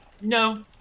No